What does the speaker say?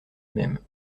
même